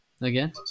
Again